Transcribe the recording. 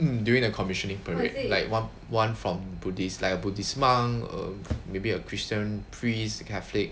mm during the commissioning parade like one one from buddhist like a buddhist monk err maybe a christian priest catholic